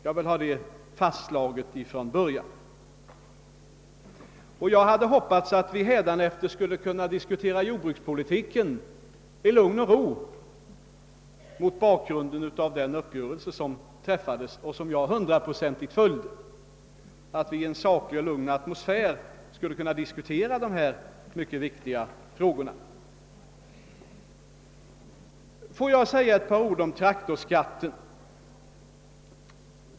Jag vill få detta fastslaget från början och hade också hoppats att vi hädanefter skulle kunna diskutera jordbrukspolitiken i en saklig och lugn atmosfär mot bakgrunden av den uppgörelse som träffades och som jag hundraprocentigt följde. Jag skulle vilja säga några ord om traktorskatten.